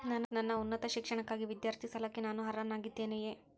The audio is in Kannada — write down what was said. ನನ್ನ ಉನ್ನತ ಶಿಕ್ಷಣಕ್ಕಾಗಿ ವಿದ್ಯಾರ್ಥಿ ಸಾಲಕ್ಕೆ ನಾನು ಅರ್ಹನಾಗಿದ್ದೇನೆಯೇ?